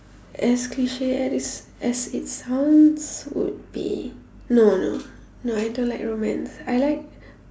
as cliche as as it sounds would be no no no I don't like romance I like